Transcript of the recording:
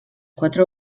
quatre